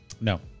No